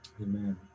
Amen